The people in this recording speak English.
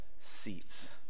seats